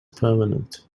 permanent